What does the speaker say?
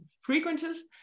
frequencies